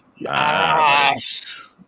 Yes